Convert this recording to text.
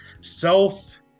self